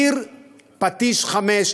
פטיש 5,